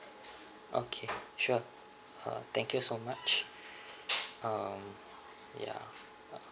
okay sure uh thank you so much um ya